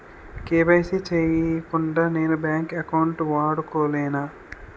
KYC చేయకుండా నేను bank account వాడుకొలేన?